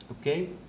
okay